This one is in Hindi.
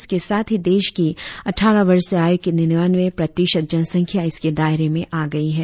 इसके साथ ही देश की अटठारह वर्ष से आयु की निन्यानवे प्रतिशत जनसंख्या इसके दायरे में आ गई है